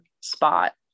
spot